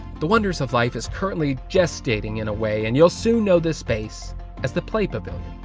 the wonders of life is currently gestating in a way and you'll soon know this space as the play pavillion.